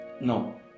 No